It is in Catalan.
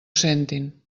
sentin